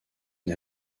une